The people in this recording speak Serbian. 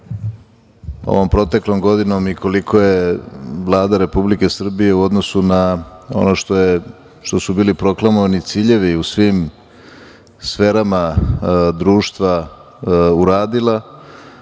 ovom proteklom godinom i koliko je Vlada Republike Srbije u odnosu na ono što su bili proklamovani ciljevi u svim sferama društva uradila,